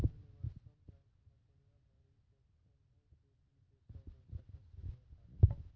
universal bank मे दुनियाँ भरि के कोन्हो भी देश रो सदस्य हुवै पारै